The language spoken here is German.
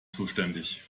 zuständig